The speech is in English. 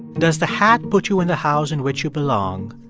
does the hat put you in the house in which you belong?